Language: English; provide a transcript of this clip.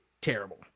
terrible